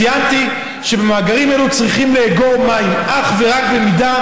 ציינתי שמאגרים אלו צריכים לאגור מים אך ורק במידה